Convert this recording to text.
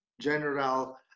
general